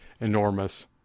enormous